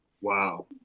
Wow